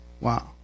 Wow